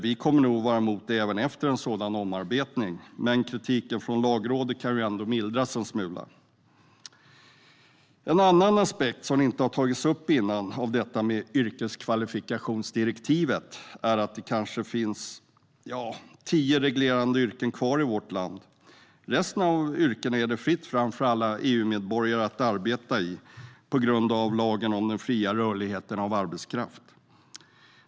Vi kommer nog att vara emot det även efter en sådan omarbetning, men kritiken från Lagrådet kan ju ändå mildras en smula. En annan aspekt av detta med yrkeskvalifikationsdirektivet - som inte har tagits upp tidigare - är att det kanske finns tio reglerade yrken kvar i vårt land. Övriga yrken är det fritt fram för alla EU-medborgare att arbeta i på grund av den fria rörligheten av arbetskraft.